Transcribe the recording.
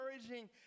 encouraging